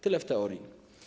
Tyle w teorii.